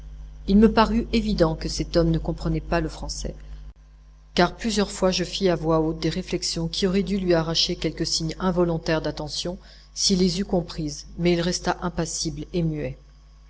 il me parut évident que cet homme ne comprenait pas le français car plusieurs fois je fis à voix haute des réflexions qui auraient dû lui arracher quelque signe involontaire d'attention s'il les eût comprises mais il resta impassible et muet